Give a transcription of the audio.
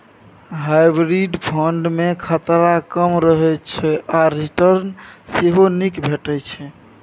hybrid fund मे खतरा कम रहय छै आ रिटर्न सेहो नीक भेटै छै